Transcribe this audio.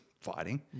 fighting